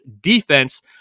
defense